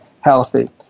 healthy